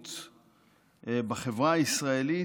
האלימות בחברה הישראלית,